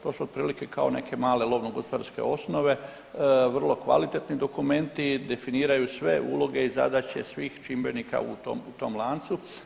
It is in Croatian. To su otprilike kao neke male lovno-gospodarske osnove, vrlo kvalitetni dokumenti, definiraju sve uloge i zadaće svih čimbenika u tom lancu.